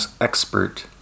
expert